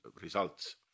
results